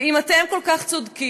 ואם אתם כל כך צודקים,